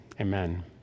Amen